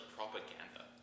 propaganda